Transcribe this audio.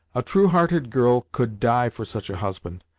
a true-hearted girl could die for such a husband!